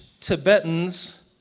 Tibetans